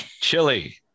Chili